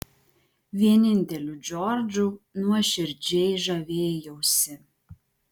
vieninteliu džordžu nuoširdžiai žavėjausi